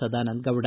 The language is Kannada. ಸದಾನಂದಗೌಡ